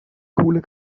coole